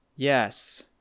Yes